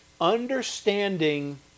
understanding